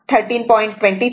9 o आहे